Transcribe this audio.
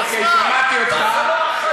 אוקיי, שמעתי אותך.